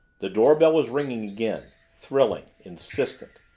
the doorbell was ringing again thrilling, insistent.